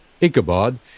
Ichabod